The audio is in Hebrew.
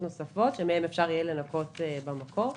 נוספות שמהן אפשר יהיה לנכות במקור.